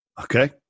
Okay